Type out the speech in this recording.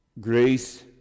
Grace